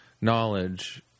knowledge